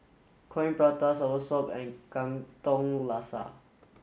Coin Prata Soursop and Katong Laksa